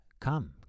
come